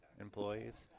employees